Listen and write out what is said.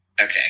Okay